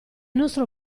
nostro